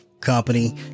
company